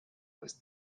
was